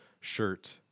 shirt